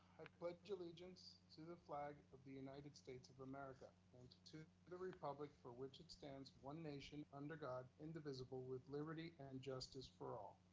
pledge allegiance to the flag of the united states of america, and to the republic, for which it stands, one nation, under god, indivisible, with liberty and justice for all.